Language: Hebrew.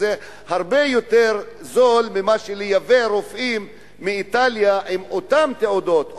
זה הרבה יותר זול מלייבא רופאים מאיטליה עם אותן תעודות,